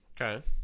Okay